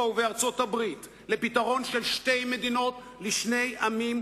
ובארצות-הברית לפתרון של שתי מדינות לשני עמים,